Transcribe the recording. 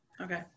Okay